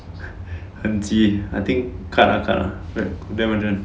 很急 I think cut ah cut ah damn urgent